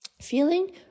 feeling